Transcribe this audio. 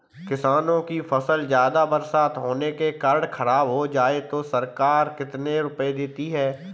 किसानों की फसल ज्यादा बरसात होने के कारण खराब हो जाए तो सरकार कितने रुपये देती है?